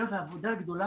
זה מיידי.